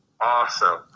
Awesome